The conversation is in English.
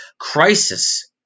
crisis